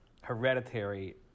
Hereditary